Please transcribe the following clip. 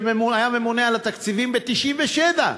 שהיה ממונה על התקציבים ב-1997,